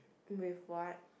with what